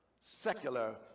secular